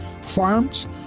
farms